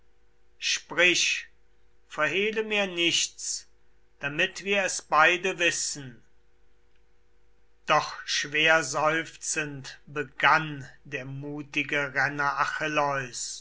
sprich verhehle mir nichts dir ward doch alles vollendet doch schwerseufzend begann der mutige